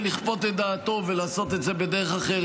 לכפות את דעתו ולעשות את זה בדרך אחרת.